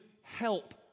help